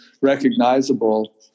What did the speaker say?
recognizable